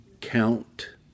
count